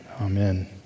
amen